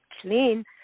clean